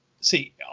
see